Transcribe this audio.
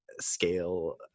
scale